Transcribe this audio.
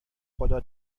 خدا